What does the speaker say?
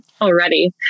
already